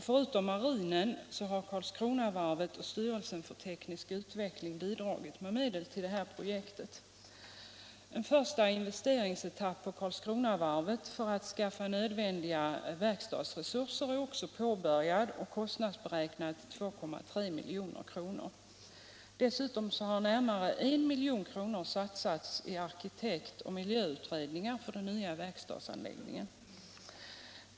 Förutom marinen har Karlskronavarvet och styrelsen för teknisk utveckling bidragit med medel till det här projektet. En första investeringsetapp på Karlskronavarvet för att skaffa nödvändiga verkstadsresurser är också påbörjad och kostnadsberäknad till 2,3 milj.kr. Dessutom har närmare 1 milj.kr. satsats i arkitekt och miljöutredningar för den nya verkstadsanläggningen.